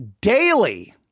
daily